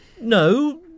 No